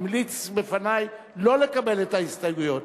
המליץ בפני לא לקבל את ההסתייגויות.